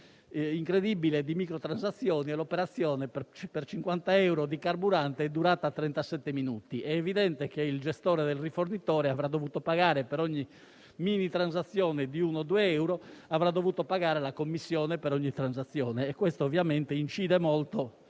incredibile di microtransazioni e l'operazione, per 50 euro di carburante, è durata 37 minuti. È evidente che il gestore del rifornitore avrà dovuto pagare per ogni minitransazione di uno o due euro la commissione e questo ovviamente incide molto